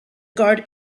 guard